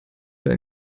bei